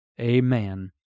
amen